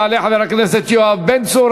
יעלה חבר הכנסת יואב בן צור,